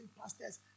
pastors